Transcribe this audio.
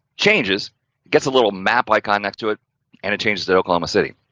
changes, it gets a little map icon, next to it and it changes the oklahoma city.